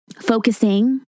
Focusing